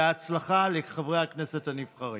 בהצלחה לחברי הכנסת הנבחרים.